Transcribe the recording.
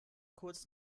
kurz